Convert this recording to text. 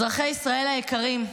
אזרחי ישראל היקרים,